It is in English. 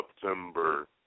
September